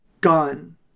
gone